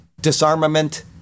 disarmament